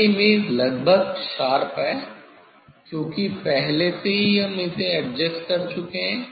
यह इमेज लगभग शार्प है क्योंकि पहले से ही हम इसे एडजस्ट कर चुके हैं